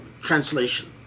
translation